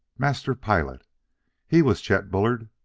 master pilot he was chet bullard.